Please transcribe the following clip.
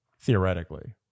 theoretically